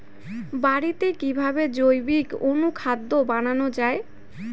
বাড়িতে কিভাবে জৈবিক অনুখাদ্য বানানো যায়?